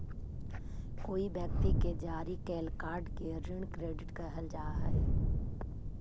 कोई व्यक्ति के जारी कैल कार्ड के ऋण क्रेडिट कहल जा हई